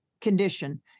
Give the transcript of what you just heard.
condition